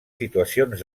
situacions